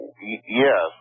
Yes